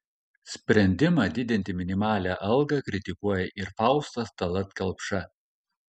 sprendimą didinti minimalią algą kritikuoja ir faustas tallat kelpša